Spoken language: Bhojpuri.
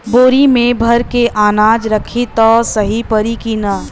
बोरी में भर के अनाज रखायी त सही परी की ना?